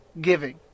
giving